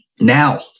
Now